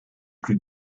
plus